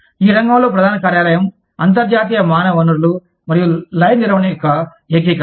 ఈ రంగంలో ప్రధాన కార్యాలయం అంతర్జాతీయ మానవ వనరులు మరియు లైన్ నిర్వహణ యొక్క ఏకీకరణ